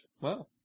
Wow